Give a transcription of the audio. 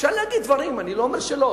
אפשר להגיד דברים, אני לא אומר שלא.